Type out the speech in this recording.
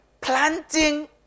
planting